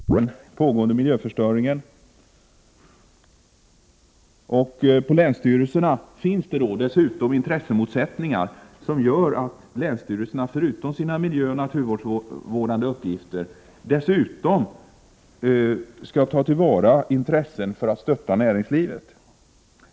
Herr talman! Detta låter i och för sig bra, men jag tror inte det är 10 november 1988 tillräckligt. Länsstyrelserna har under senare år drabbats av nedskärningar. Till detta kommer stora förväntningar från miljömedvetna medborgare om krafttag mot den pågående miljöförstöringen. På länsstyrelserna finns dessutom intressemotsättningar som gör att länsstyrelserna förutom sina miljöoch naturvårdande uppgifter skall ta till vara intressen som stöttar näringslivet.